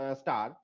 star